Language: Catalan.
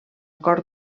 cort